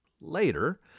Later